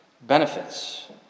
benefits